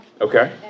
Okay